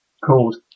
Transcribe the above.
called